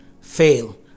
fail